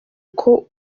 uko